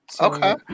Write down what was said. Okay